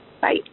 Bye